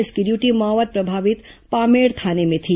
इसकी ड्यूटी माओवाद प्रभावित पामेड़ थाने में थी